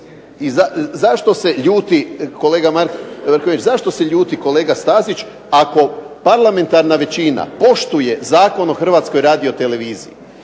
zašto se ljudi kolega Stazić ako parlamentarna većina poštuje Zakon o Hrvatskoj radioteleviziji,